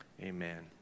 amen